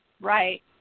right